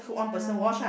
yeah